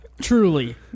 Truly